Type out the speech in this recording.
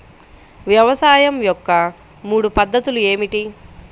వ్యవసాయం యొక్క మూడు పద్ధతులు ఏమిటి?